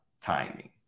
timing